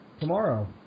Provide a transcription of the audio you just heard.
tomorrow